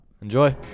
Enjoy